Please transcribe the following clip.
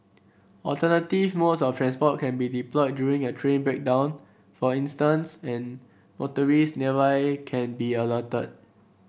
alternative modes of transport can be deployed during a train breakdown for instance and motorist nearby can be alerted